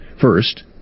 First